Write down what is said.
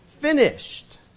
Finished